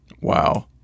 Wow